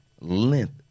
length